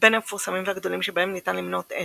בין המפורסמים והגדולים שבהם ניתן למנות את